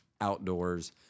outdoors